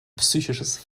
psychisches